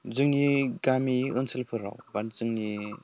जोंनि गामि ओनसोलफोराव बा जोंनि